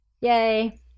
Yay